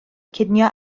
cinio